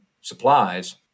supplies